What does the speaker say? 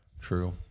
True